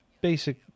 basic